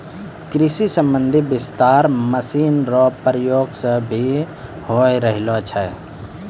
कृषि संबंधी विस्तार मशीन रो प्रयोग से भी होय रहलो छै